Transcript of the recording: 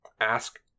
ask